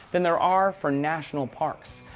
than there are for national parks.